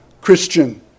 Christian